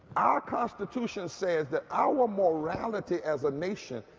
our constitution says that our morality as a nation,